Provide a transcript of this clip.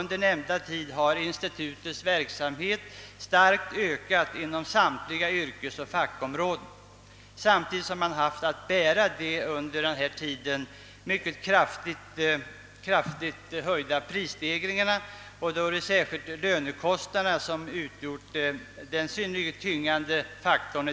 Under nämnda tid har institutets verksamhet starkt ökat inom samtliga yrkesoch fackområden, samtidigt som man har haft att bära de under denna tid kraftigt höjda priserna, där särskilt lönekostnaderna utgjort en synnerligen tyngande faktor.